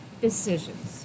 decisions